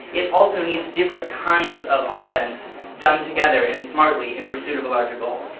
it also needs different kinds of offense done together and smartly in pursuit of a larger goal.